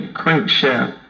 crankshaft